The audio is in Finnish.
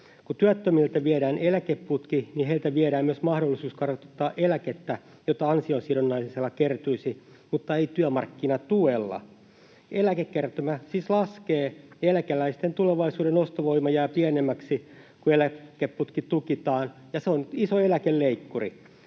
Kun työttömiltä viedään eläkeputki, niin heiltä viedään myös mahdollisuus kartuttaa eläkettä, jota ansiosidonnaisella kertyisi, mutta ei työmarkkinatuella. Eläkekertymä siis laskee, eläkeläisten tulevaisuuden ostovoima jää pienemmäksi, kun eläkeputki tukitaan, ja se on iso eläkeleikkuri.